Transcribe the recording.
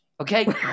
Okay